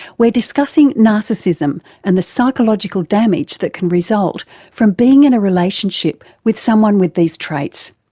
we're discussing narcissism and the psychological damage that can result from being in a relationship with someone with these traits.